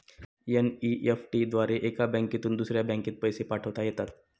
NEFT द्वारे एका बँकेतून दुसऱ्या बँकेत पैसे पाठवता येतात